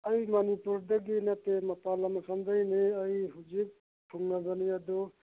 ꯑꯩ ꯃꯅꯤꯄꯨꯔꯗꯒꯤ ꯅꯠꯇꯦ ꯃꯄꯥꯟ ꯂꯝ ꯑꯁꯣꯝꯗꯒꯤꯅꯤ ꯑꯩ ꯍꯧꯖꯤꯛ ꯊꯨꯡꯂꯕꯅꯤ ꯑꯗꯨ